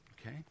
Okay